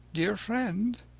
dear friend,